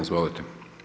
Izvolite.